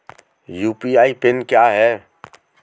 UPI PIN क्या है?